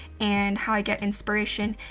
and how i get inspiration,